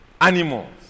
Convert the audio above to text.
Animals